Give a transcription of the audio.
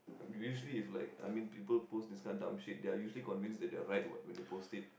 usually if like I mean people post this kind of dumb shit they're usually convinced that they are right what when they post it